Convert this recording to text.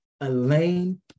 Elaine